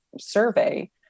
survey